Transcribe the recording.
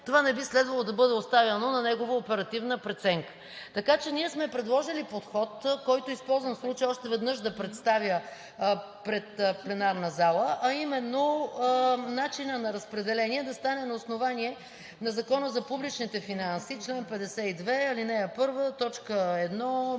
това не би следвало да бъде оставяно на негова оперативна преценка. Така че ние сме предложили подход, който, използвам случая още веднъж да представя пред пленарната зала, а именно начинът на разпределение да стане на основание на Закона за публичните финанси – чл. 52, ал. 1, т. 1, буква